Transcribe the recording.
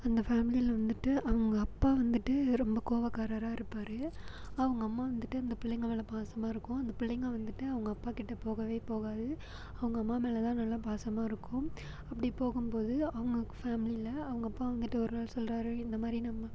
அந்த ஃபேமிலில வந்துட்டு அவங்க அப்பா வந்துட்டு ரொம்ப கோவக்காரராக இருப்பார் அவங்க அம்மா வந்துட்டு அந்த பிள்ளைங்கள் மேலே பாசமாக இருக்கும் அந்த பிள்ளைங்கள் வந்துட்டு அவங்க அப்பாக்கிட்ட போகவே போகாது அவங்க அம்மா மேலே தான் நல்லா பாசமாக இருக்கும் அப்படி போகும்போது அவங்க ஃபேமிலியில அவங்க அப்பா வந்துட்டு ஒரு நாள் சொல்கிறாரு இந்த மாதிரி நம்ம